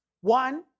One